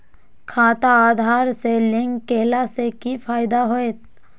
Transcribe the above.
खाता आधार से लिंक केला से कि फायदा होयत?